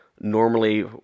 Normally